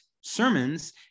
sermons